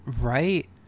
Right